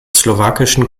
slowakischen